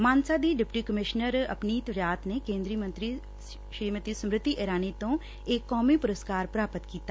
ਮਾਨਤਾ ਦੀ deputy commissioner Apneet Riyat ਨੇ ਕੇਂਦਰੀ ਮੰਤਰੀ ਸ੍ਰੀਮਤੀ ਸਮ੍ਰਿਤੀ ਇਰਾਨੀ ਤੋਂ ਇਹ ਕੌਮੀ ਪੁਰਸਕਾਰ ਪ੍ਰਾਪਤ ਕੀਤਾ